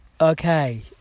Okay